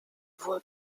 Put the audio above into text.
voit